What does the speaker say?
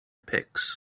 picks